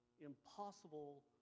impossible